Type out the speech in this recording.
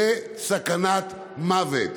זה סכנת מוות.